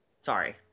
Sorry